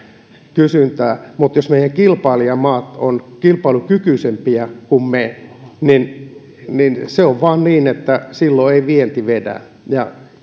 kysyntää niin meidän kilpailijamaat ovat kilpailukykyisempiä kuin me niin niin se on vaan niin että silloin ei vienti vedä